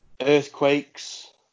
Earthquakes